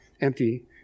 empty